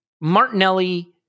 Martinelli